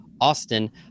Austin